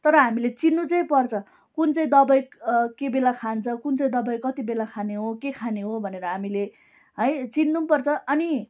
तर हामीले चिन्नु चाहिँ पर्छ कुन चाहिँ दवाई के बेला खान्छ कुन चाहिँ दवाई कति बेला खाने हो के खाने हो भनेर हामीले है चिन्नु पनि पर्छ अनि